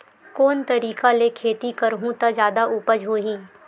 कोन तरीका ले खेती करहु त जादा उपज होही?